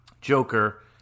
Joker